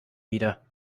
wieder